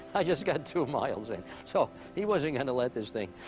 i just got two miles in. so he wasn't gonna let this thing,